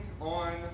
on